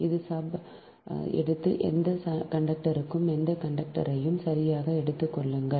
இது சப் எடுத்து எந்த கண்டக்டரும் எந்த கண்டக்டரையும் சரியாக எடுத்துக் கொள்ளுங்கள்